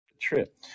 trip